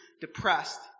depressed